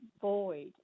void